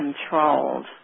controlled